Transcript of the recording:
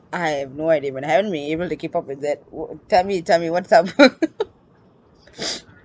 I have no idea I haven't been able to keep up with that wh~ tell me tell me what's up